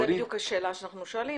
זאת בדיוק השאלה שאנחנו שואלים,